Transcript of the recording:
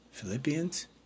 Philippians